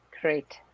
Great